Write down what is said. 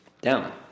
down